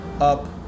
up